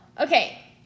okay